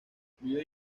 viven